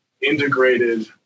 Integrated